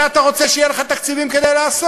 למען זה אתה רוצה שיהיה לך תקציבים, כדי לעשות.